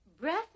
breath